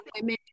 women